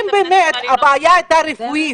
באמת הבעיה הייתה רפואית,